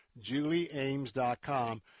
JulieAmes.com